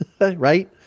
right